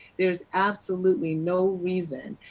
there is absolutely no reason,